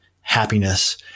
happiness